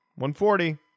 140